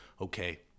okay